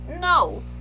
No